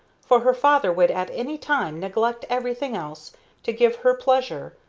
for her father would at any time neglect everything else to give her pleasure,